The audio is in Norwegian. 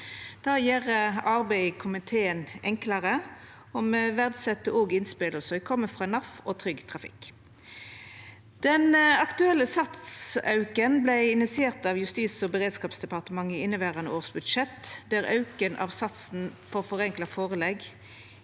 Det gjer arbeidet i komiteen enklare, og me verdset òg innspela som har kome frå NAF og Trygg Trafikk. Den aktuelle satsauken vart initiert av Justis- og beredskapsdepartementet i inneverande års budsjett, der auken av satsen for forenkla førelegg